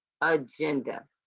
agenda